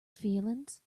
feelings